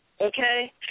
Okay